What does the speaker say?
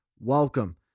Welcome